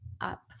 up